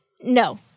no